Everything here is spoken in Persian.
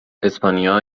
اسپانیا